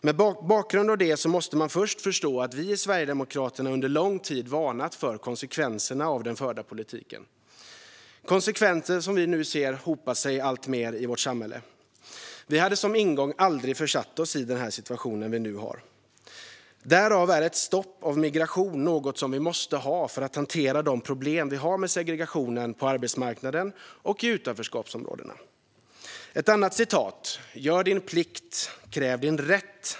Mot bakgrund av detta måste man först förstå att vi i Sverigedemokraterna under lång tid varnat för konsekvenserna av den förda politiken. Det handlar om konsekvenser som vi nu alltmer ser hopa sig i vårt samhälle. Vi hade som ingång aldrig försatt oss i den situation vi nu har. Därför är ett stopp av migration något som vi måste ha för att hantera de problem vi har med segregationen på arbetsmarknaden och i utanförskapsområdena. Ett annat citat lyder: "Gör din plikt, kräv din rätt."